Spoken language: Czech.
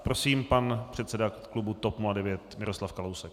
Prosím, pan předseda klubu TOP 09 Miroslav Kalousek.